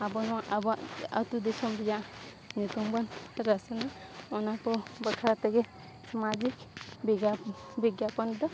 ᱟᱵᱚ ᱱᱚᱣᱟ ᱟᱵᱚᱣᱟᱜ ᱟᱛᱳ ᱫᱤᱥᱚᱢ ᱨᱮᱭᱟᱜ ᱧᱩᱛᱩᱢ ᱵᱚᱱ ᱨᱟᱥᱱᱟ ᱚᱱᱟ ᱠᱚ ᱵᱟᱠᱷᱨᱟ ᱛᱮᱜᱮ ᱥᱟᱢᱟᱡᱤᱠ ᱵᱤᱜᱽᱜᱟ ᱵᱤᱜᱽᱟᱯᱚᱱ ᱫᱚ